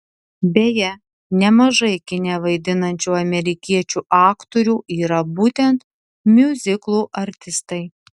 beje nemažai kine vaidinančių amerikiečių aktorių yra būtent miuziklų artistai